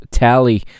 tally